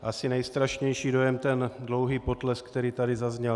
Asi nejstrašnější dojem ten dlouhý potlesk, který tady zazněl.